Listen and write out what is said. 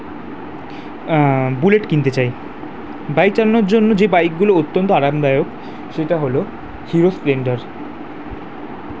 bullet কিনতে চাই bike চালানোর জন্য যে বাইকগুলো অত্যন্ত আরামদায়ক সেটা হলো হিরো স্প্লেন্ডার